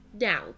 Now